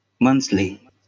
monthly